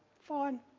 Fine